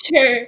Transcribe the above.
sure